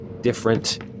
different